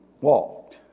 walked